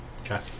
Okay